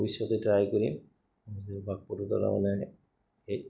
ভৱষ্যতে try কৰিম বাকপটুতা তাৰমানে সেই